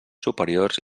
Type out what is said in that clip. superiors